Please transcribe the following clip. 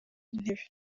intebe